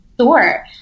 Sure